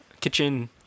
kitchen